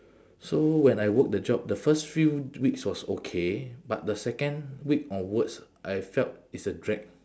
so when I work the job the first few weeks was okay but the second week onwards I felt it's a drag